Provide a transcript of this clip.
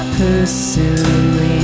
pursuing